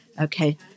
Okay